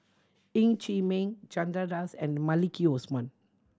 Ng Chee Meng Chandra Das and Maliki Osman